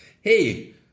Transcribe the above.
Hey